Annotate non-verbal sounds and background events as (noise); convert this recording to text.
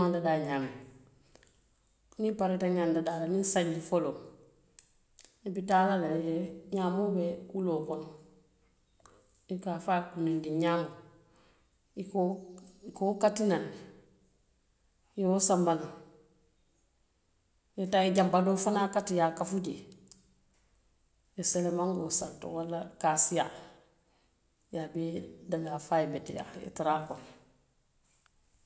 (unintelligible) ka ñaŋo dadaa ñaamiŋ niŋ i pareeta ñaŋo dadaa la, niŋ sanji foloo mu, i bi taa la le ñaamoo be wuloo kono, i a fo a ye kunundiŋ ñaamoo i ka wo, i ka wo kati naŋ ne, i ye wo sanba naŋ, i ye taa i ye janba doo fanaŋ kati i ye a kafu jee, i ye sele mankoo santo walla kaasiyaa, i ye bee dadaa fo a ye beteyaa i ye tara a kono.